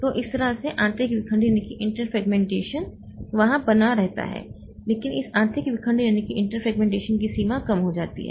तो इस तरह से आंतरिक विखंडन वहां बना रहता है लेकिन इस आंतरिक विखंडन की सीमा कम हो जाती है